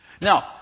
Now